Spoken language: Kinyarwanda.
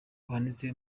buhanitse